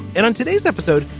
and on today's episode,